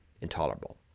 intolerable